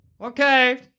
okay